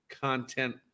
content